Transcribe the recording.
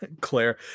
Claire